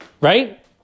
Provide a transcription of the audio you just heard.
right